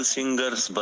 Singers